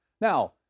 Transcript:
Now